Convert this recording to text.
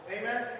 Amen